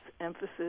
emphasis